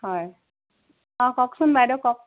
হয় অঁ কওকচোন বাইদেউ কওক